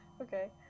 Okay